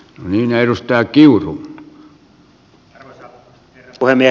arvoisa herra puhemies